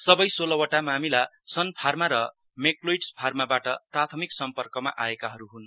सबै सोह्रवटा मामिला सनर्फामा र मेकलोइडस र्फामाबाट प्राथमिक सम्प्पकमा आएकाहरू हुन्